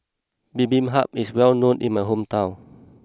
Bibimbap is well known in my hometown